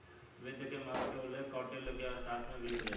वित्त के महत्त्व के उल्लेख कौटिल्य के अर्थशास्त्र में भी मिलेला